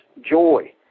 joy